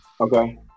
Okay